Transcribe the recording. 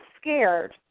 scared